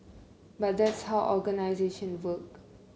but that's how organisation work